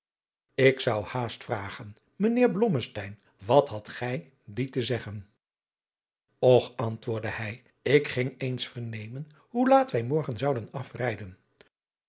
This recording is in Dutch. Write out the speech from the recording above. ik zou haast vragen mijnheer blommesteyn wat hadt gij die te zeggen och antwoordde hij ik ging eens vernemen hoe laat wij morgen zouden afrijden